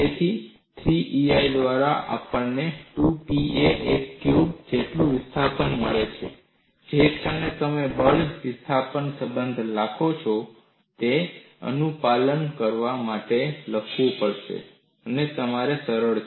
તેથી 3EI દ્વારા આપણને 2P એક ક્યુબ જેટલું વિસ્થાપન મળે છે જે ક્ષણે તમે બળ વિસ્થાપન સંબંધ લખો છો તે અનુપાલન શું છે તે લખવું તમારા માટે સરળ છે